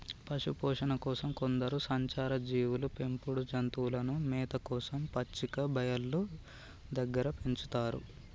పశుపోషణ కోసం కొందరు సంచార జీవులు పెంపుడు జంతువులను మేత కోసం పచ్చిక బయళ్ళు దగ్గర పెంచుతారు